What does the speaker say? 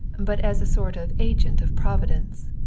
but as a sort of agent of providence,